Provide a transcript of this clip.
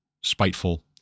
spiteful